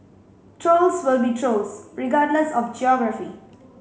trolls will be trolls regardless of geography